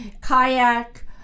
kayak